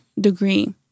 degree